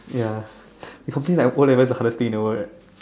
ya they complaint like o level is the hardest thing in the world